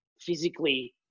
physically